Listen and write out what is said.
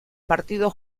partido